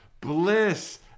bliss